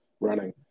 running